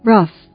Rough